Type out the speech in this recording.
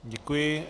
Děkuji.